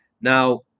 Now